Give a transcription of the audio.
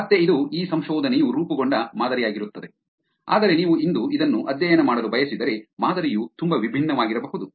ಮತ್ತೆ ಇದು ಈ ಸಂಶೋಧನೆಯು ರೂಪುಗೊಂಡ ಮಾದರಿಯಾಗಿರುತ್ತದೆ ಆದರೆ ನೀವು ಇಂದು ಇದನ್ನು ಅಧ್ಯಯನ ಮಾಡಲು ಬಯಸಿದರೆ ಮಾದರಿಯು ತುಂಬಾ ವಿಭಿನ್ನವಾಗಿರಬಹುದು